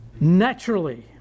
naturally